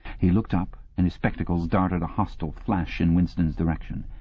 he looked up, and his spectacles darted a hostile flash in winston's direction.